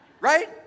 Right